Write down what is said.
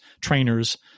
trainers